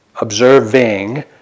observing